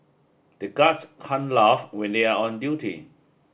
the guards can't laugh when they are on duty